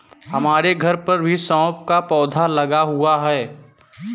हमारे घर पर भी सौंफ का पौधा लगा हुआ है